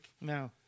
No